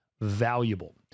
valuable